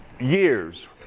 years